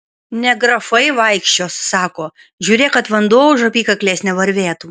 ne grafai vaikščios sako žiūrėk kad vanduo už apykaklės nevarvėtų